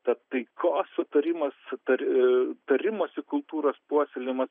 tas taikos sutarimas sutar e tarimosi kultūros puoselėjimas